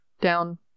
down